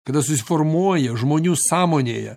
kada susiformuoja žmonių sąmonėje